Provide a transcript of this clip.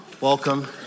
Welcome